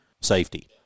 Safety